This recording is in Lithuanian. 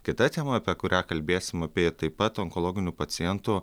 kita tema apie kurią kalbėsim apie taip pat onkologinių pacientų